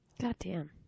Goddamn